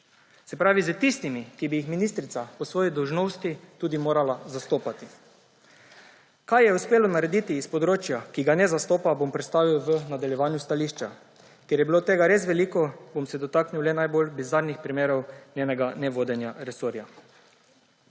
Se pravi s tistimi, ki bi jih ministrica po svoji dolžnosti tudi morala zastopati. Kaj ji je uspelo narediti iz področja, ki ga ne zastopa, bom predstavil v nadaljevanju stališča. Ker je bilo tega res veliko, se bom dotaknil le najbolj bizarnih primerov njenega nevodenja resorja.